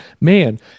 man